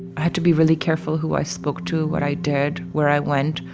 i had to be really careful who i spoke to, what i did, where i went,